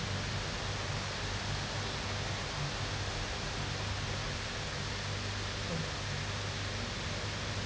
mm